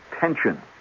tension